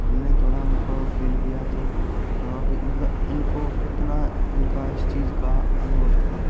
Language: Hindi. हमने थोड़ा उनको फील किया तो लगा कि मतलब इनको कितना इनका इस चीज़ का अनुभव था